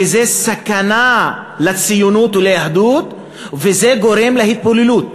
כי זו סכנה לציונות וליהדות וזה גורם להתבוללות.